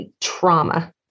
trauma